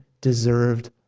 deserved